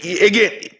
Again